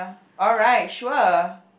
alright sure